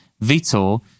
Vitor